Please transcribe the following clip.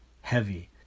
heavy